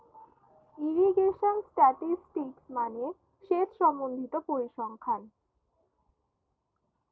irrigation statistics মানে সেচ সম্বন্ধিত পরিসংখ্যান